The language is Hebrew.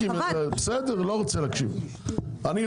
בסדר, לא רוצה להקשיב.